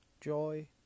joy